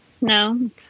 No